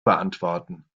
beantworten